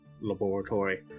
laboratory